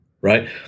right